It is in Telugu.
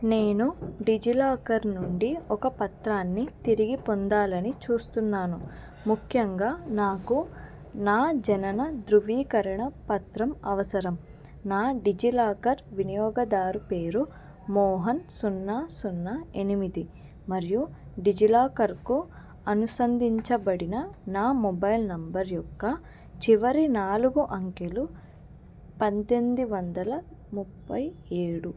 నేను డిజిలాకర్ నుండి ఒక పత్రాన్ని తిరిగి పొందాలని చూస్తున్నాను ముఖ్యంగా నాకు నా జనన ధృవీకరణ పత్రం అవసరం నా డిజిలాకర్ వినియోగదారుని పేరు మోహన్ సున్నా సున్నా ఎనిమిది మరియు డిజిలాకర్కు అనుసంధించబడిన నా మొబైల్ నంబర్ యొక్క చివరి నాలుగు అంకెలు పద్దెనిమిది వందల ముప్పై ఏడు